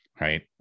Right